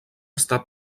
està